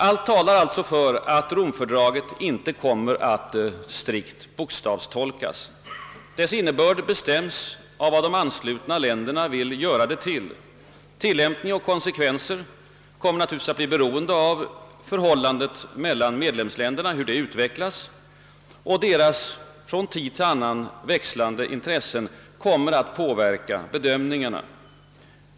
Allt talar alltså för att Romfördraget inte kommer att strikt bokstavstolkas, utan att dess innebörd bestäms av vad de anslutna länderna gör det till. Tilllämpning och konsekvenser kommer att bli beroende av hur förhållandet mellan medlemsländerna utvecklas, och deras från tid till annan växlande intressen kommer att påverka bedömningarna.